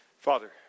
Father